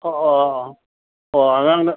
ꯑꯧ ꯑꯧ ꯑꯧ ꯑꯉꯥꯡꯅ